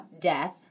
death